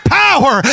power